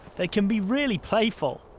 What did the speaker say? they can be really playful.